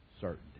certainty